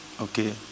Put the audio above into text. Okay